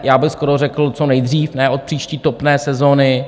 Já bych skoro řekl co nejdřív, ne od příští topné sezony.